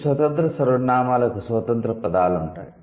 ఈ స్వతంత్ర సర్వనామాలకు స్వతంత్ర పదాలు ఉంటాయి